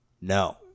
no